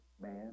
man